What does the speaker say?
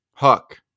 Hook